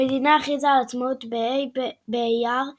המדינה הכריזה על עצמאותה בה' באייר תש"ח,